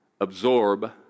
absorb